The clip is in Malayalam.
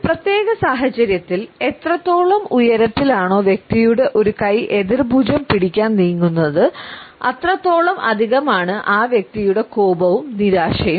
ഒരു പ്രത്യേക സാഹചര്യത്തിൽ എത്രത്തോളം ഉയരത്തിൽ ആണോ വ്യക്തിയുടെ ഒരു കൈ എതിർ ഭുജം പിടിക്കാൻ നീങ്ങുന്നത് അത്രത്തോളം അധികമാണ് ആ വ്യക്തിയുടെ കോപവും നിരാശയും